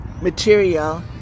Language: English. material